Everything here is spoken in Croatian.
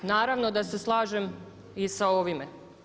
Naravno da se slažem i sa ovime.